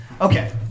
Okay